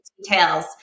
Details